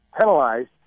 penalized